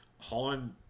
Holland